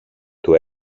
του